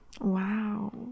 Wow